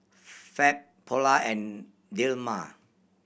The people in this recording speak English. Fab Polar and Dilmah